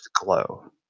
glow